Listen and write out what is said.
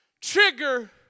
trigger